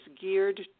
geared